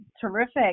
terrific